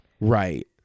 Right